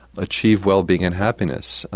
achieve wellbeing and happiness.